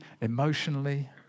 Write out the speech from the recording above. emotionally